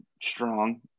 strong